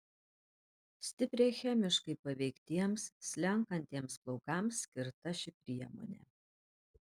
stipriai chemiškai paveiktiems slenkantiems plaukams skirta ši priemonė